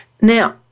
Now